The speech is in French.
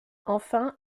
enfin